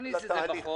נכניס את זה בחוק.